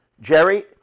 Jerry